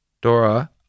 Dora